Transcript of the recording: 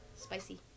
Spicy